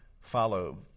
follow